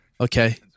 okay